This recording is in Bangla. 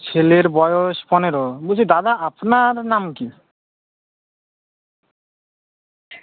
ছেলের বয়স পনেরো বলছি দাদা আপনার নাম কী